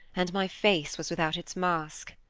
and my face was without its mask.